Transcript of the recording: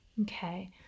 Okay